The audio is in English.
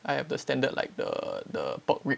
I have the standard like the the pork rib